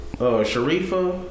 Sharifa